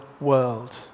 world